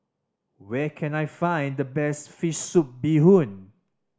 where can I find the best fish soup bee hoon